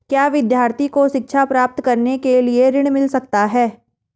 क्या विद्यार्थी को शिक्षा प्राप्त करने के लिए ऋण मिल सकता है?